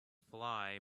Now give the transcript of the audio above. fly